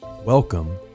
Welcome